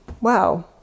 wow